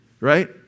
right